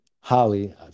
Holly